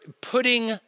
putting